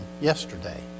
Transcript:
yesterday